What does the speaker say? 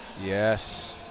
Yes